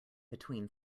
between